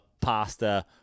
pasta